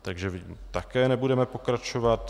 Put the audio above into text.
Takže v ní také nebudeme pokračovat.